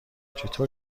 چطور